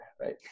right